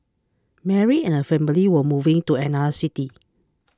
Mary and her family were moving to another city